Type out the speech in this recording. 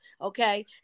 Okay